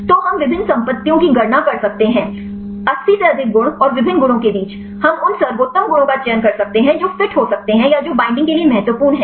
तो हम विभिन्न संपत्तियों की गणना कर सकते हैं 80 से अधिक गुण और विभिन्न गुणों के बीच हम उन सर्वोत्तम गुणों का चयन कर सकते हैं जो फिट हो सकते हैं या जो बैईंडिंग के लिए महत्वपूर्ण हैं